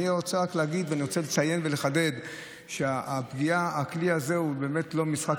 אני רוצה רק להגיד ואני רוצה לציין ולחדד שהכלי הזה הוא באמת לא משחק,